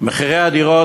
שמחירי הדירות,